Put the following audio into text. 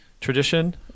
tradition